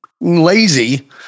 lazy